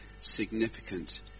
significant